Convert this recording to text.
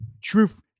Truth